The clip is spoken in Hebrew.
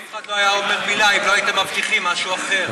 אף אחד לא היה אומר מילה אם לא הייתם מבטיחים משהו אחר.